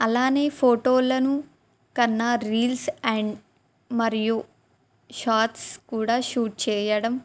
అలాగే ఫోటోల కన్నా రీల్స్ అండ్ మరియు షాట్స్ కూడా షూట్ చేయడం